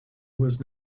was